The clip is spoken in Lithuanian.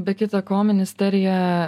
be kita ko ministerija